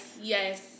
yes